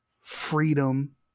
freedom